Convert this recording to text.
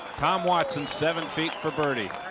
tom watson seven feet for birdie.